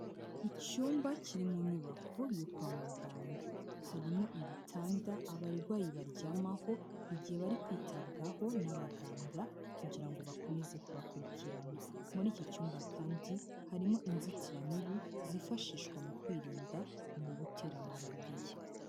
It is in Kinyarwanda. Icyumba kiri mu nyubako yo kwa muganga, harimo ibitanda abarwayi baryamaho igihe bari kwitabwaho n'abaganga kugira ngo bakomeze kubakurikirana, muri iki cyumba kandi harimo inzitiramibu zifashishwa mu kwirinda umubu utera malariya.